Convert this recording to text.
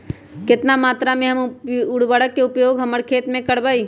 कितना मात्रा में हम उर्वरक के उपयोग हमर खेत में करबई?